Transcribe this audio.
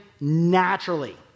naturally